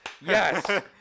yes